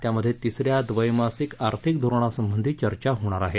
त्यामध्ये तिस या द्वैमासिक आर्थिक धोरणासद्वीी चर्चा होणार आहे